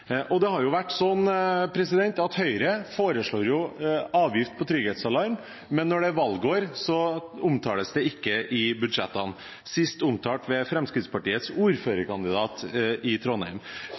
kommunen. Høyre har jo foreslått en avgift på trygghetsalarm, men når det er valgår, omtales det ikke i budsjettene – sist omtalt ved Fremskrittspartiets ordførerkandidat i Trondheim.